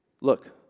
Look